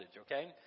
okay